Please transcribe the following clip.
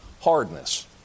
Hardness